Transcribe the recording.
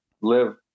live